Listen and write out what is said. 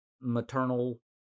maternal